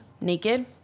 naked